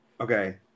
Okay